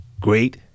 great